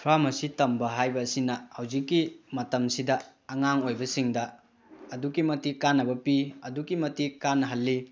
pharmacy ꯇꯝꯕ ꯍꯥꯏꯕꯁꯤꯅ ꯍꯧꯖꯤꯛꯀꯤ ꯃꯇꯝꯁꯤꯗ ꯑꯉꯥꯡ ꯑꯣꯏꯕꯁꯤꯡꯗ ꯑꯗꯨꯛꯀꯤ ꯃꯇꯤꯛ ꯀꯥꯟꯅꯕ ꯄꯤ ꯑꯗꯨꯛꯀꯤ ꯃꯇꯤꯛ ꯀꯥꯟꯅꯍꯜꯂꯤ